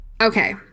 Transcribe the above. Okay